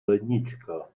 lednička